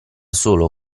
solo